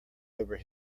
over